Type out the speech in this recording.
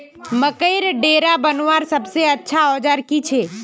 मकईर डेरा बनवार सबसे अच्छा औजार की छे?